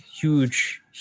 huge